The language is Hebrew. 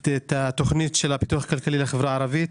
את התוכנית של הפיתוח הכלכלי לחברה הערבית.